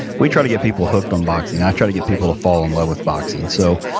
we try to get people hooked on boxing. i try to get people to fall in love with boxing. so,